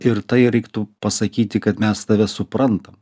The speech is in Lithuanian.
ir tai reiktų pasakyti kad mes tave suprantam